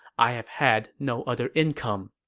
i have had no other income.